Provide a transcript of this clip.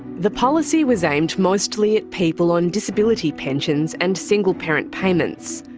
the policy was aimed mostly at people on disability pensions and single parent payments.